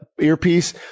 earpiece